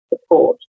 support